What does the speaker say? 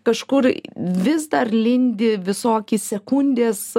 kažkur vis dar lindi visoki sekundės